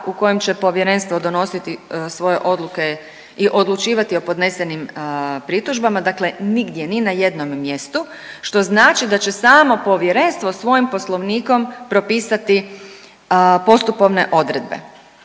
u kojem će povjerenstvo donositi svoje odluke i odlučivati o podnesenim pritužbama, dakle nigdje ni na jednom mjestu što znači da će samo povjerenstvo svojim poslovnikom propisati postupovne odredbe,